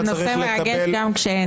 הנושא מרגש גם כשאין.